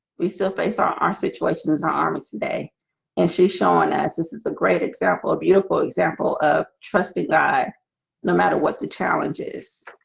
we still face on our situations our arms today and she's showing us this is a great example a beautiful example of trusting guy no matter what the challenge